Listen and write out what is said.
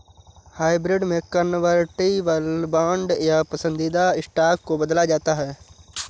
hybrid में convertible bond या पसंदीदा स्टॉक को बदला जाता है